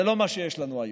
זה לא מה שיש לנו היום.